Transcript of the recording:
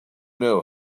know